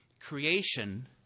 creation